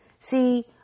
See